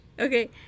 Okay